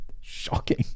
Shocking